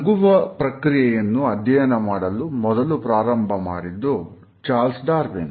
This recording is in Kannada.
ನಗುವ ಪ್ರಕ್ರಿಯೆಯನ್ನು ಅಧ್ಯಯನ ಮಾಡಲು ಮೊದಲು ಪ್ರಾರಂಭ ಮಾಡಿದ್ದು ಚಾರ್ಲ್ಸ್ ಡಾರ್ವಿನ್